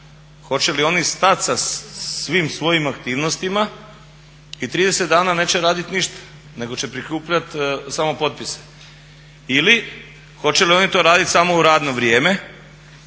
hoće li oni stati sa svim svojim aktivnostima i 30 dana neće raditi ništa nego će prikupljati samo potpise ili hoće li oni to raditi u radno vrijeme?